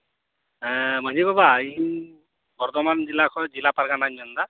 ᱦᱮᱸ ᱢᱟᱺᱡᱷᱤ ᱵᱟᱵᱟ ᱤᱧ ᱵᱚᱨᱫᱷᱚᱢᱟᱱ ᱡᱮᱞᱟ ᱠᱷᱚᱱ ᱡᱮᱞᱟ ᱯᱟᱨᱜᱟᱱᱟᱧ ᱢᱮᱱ ᱮᱫᱟ